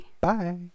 Bye